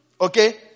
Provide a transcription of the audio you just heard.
Okay